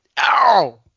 Ow